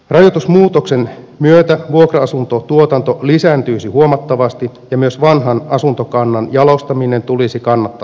rajoitusmuutoksen myötä vuokra asuntuotanto lisääntyisi huomattavasti ja myös vanhan asuntokannan jalostaminen tulisi kannattavaksi